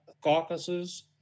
caucuses